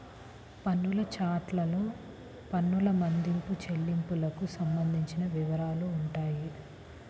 పన్నుల చట్టాల్లో పన్నుల మదింపు, చెల్లింపులకు సంబంధించిన వివరాలుంటాయి